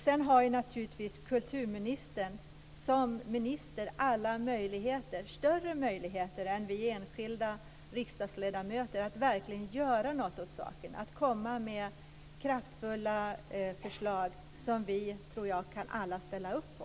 Sedan har ju naturligtvis kulturministern som minister alla möjligheter - större möjligheter än vi enskilda riksdagsledamöter - att verkligen göra något åt saken, att komma med kraftfulla förslag som vi alla, tror jag, kan ställa upp på.